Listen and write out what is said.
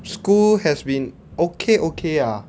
school has been okay okay ah